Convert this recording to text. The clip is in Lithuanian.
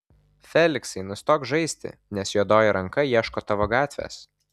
feliksai nustok žaisti nes juodoji ranka ieško tavo gatvės